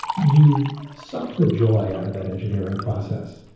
you've sucked the joy out of that engineering process.